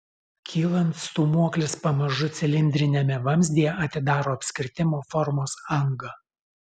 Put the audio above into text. kylant stūmoklis pamažu cilindriniame vamzdyje atidaro apskritimo formos angą